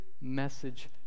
message